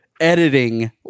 editing